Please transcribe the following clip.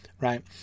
right